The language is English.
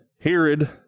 Herod